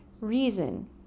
reason